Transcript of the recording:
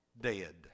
dead